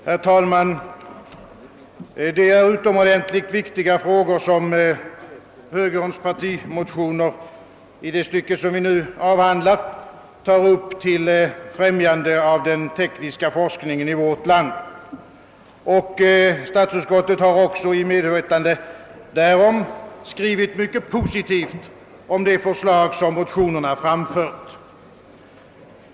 Herr talman! Det är en utomordentligt viktig fråga som tas upp i högerns partimotion i detta stycke, nämligen frågan om främjande av den tekniska forskningen. Statsutskottet har också i medvetande därom skrivit mycket positivt om motionsförslagen.